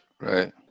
Right